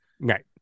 Right